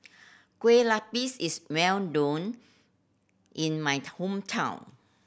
kue is well known in my hometown